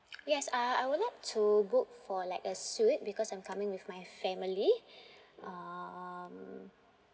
yes uh I would like to book for like a suite because I'm coming with my family um